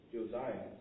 Josiah